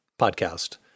podcast